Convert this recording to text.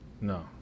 No